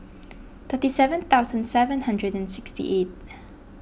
thirty seven thousand seven hundred and sixty eight